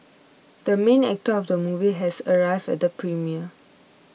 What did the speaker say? the main actor of the movie has arrived at the premiere